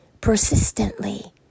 persistently